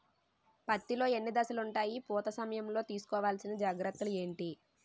పత్తి లో ఎన్ని దశలు ఉంటాయి? పూత సమయం లో తీసుకోవల్సిన జాగ్రత్తలు ఏంటి?